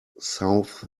south